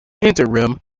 interim